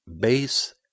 base